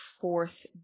fourth